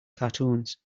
cartoons